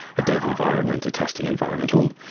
a dev environment, a testing environmental,